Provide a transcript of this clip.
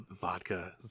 vodka